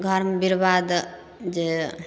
घरमे बर्वाद जे